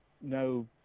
no